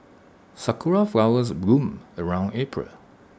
Sakura Flowers bloom around April